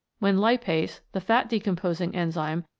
when lipase, the fat-decomposing enzyme,